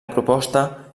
proposta